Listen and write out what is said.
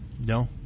No